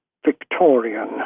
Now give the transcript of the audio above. Victorian